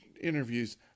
interviews